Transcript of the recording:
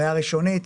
ראיה ראשונית,